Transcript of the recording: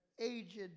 aged